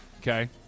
okay